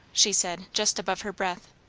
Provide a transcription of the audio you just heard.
she said just above her breath.